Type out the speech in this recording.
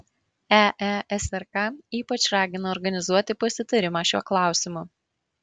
eesrk ypač ragina organizuoti pasitarimą šiuo klausimu